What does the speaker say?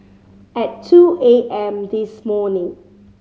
at two A M this morning